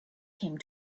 came